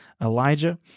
Elijah